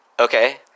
Okay